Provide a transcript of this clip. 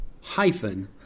hyphen